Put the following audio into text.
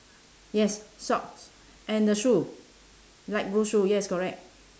yes socks and the shoe light blue shoe yes correct